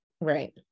Right